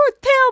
tell